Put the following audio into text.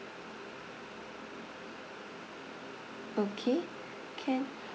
okay can